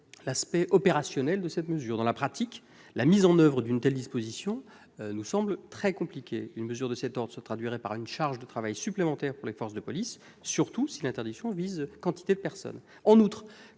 l'aspect opérationnel de cette mesure. Dans la pratique, la mise en oeuvre d'une telle disposition nous semble très compliquée. Une mesure de cet ordre se traduirait par une charge de travail supplémentaire pour les forces de police, surtout si l'interdiction vise quantité de personnes. En outre,